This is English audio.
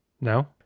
No